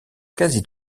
quasi